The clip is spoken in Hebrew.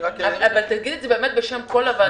בשם כל הוועדה.